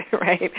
right